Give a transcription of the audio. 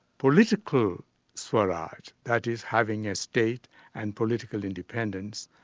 political swaraj, that is having a state and political independence,